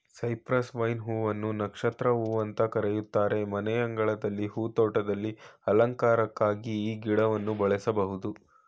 Cyprus vine ಹೂ ನ ನಕ್ಷತ್ರ ಹೂ ಅಂತ ಕರೀತಾರೆ ಮನೆಯಂಗಳದ ಹೂ ತೋಟದಲ್ಲಿ ಅಲಂಕಾರಿಕ್ವಾಗಿ ಈ ಗಿಡನ ಬೆಳೆಸ್ಬೋದು